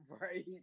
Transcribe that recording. right